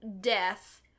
death